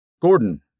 Gordon